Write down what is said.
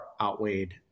outweighed